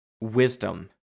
wisdom